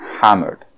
hammered